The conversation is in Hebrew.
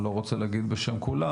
אני לא רוצה להגיד בשם כולם,